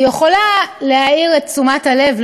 היא יכולה לעורר את תשומת הלב,